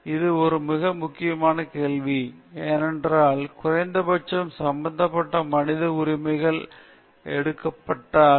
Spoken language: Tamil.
இது ஒரு மிக முக்கியமான கேள்வி ஏனென்றால் குறைந்தபட்சம் சம்மந்தப்பட்ட மனித உரிமைகள் எடுக்கப்பட்டால்